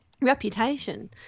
reputation